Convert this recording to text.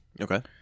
Okay